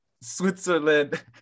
Switzerland